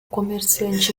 comerciante